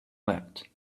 wept